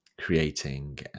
creating